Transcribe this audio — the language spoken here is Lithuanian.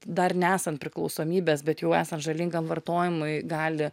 dar nesant priklausomybės bet jau esant žalingam vartojimui gali